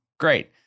great